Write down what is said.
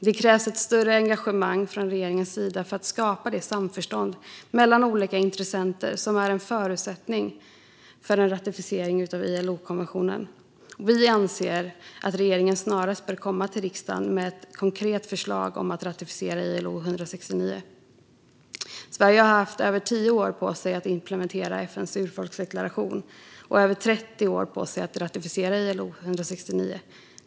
Det krävs ett större engagemang från regeringens sida för att skapa det samförstånd mellan olika intressenter som är en förutsättning för en ratificering av ILO-konventionen. Vi anser att regeringen snarast bör komma till riksdagen med ett konkret förslag om att ratificera ILO 169. Sverige har haft över tio år på sig att implementera FN:s urfolksdeklaration och över trettio år på sig att ratificera ILO 169.